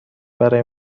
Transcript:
برای